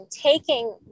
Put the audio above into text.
taking